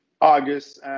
August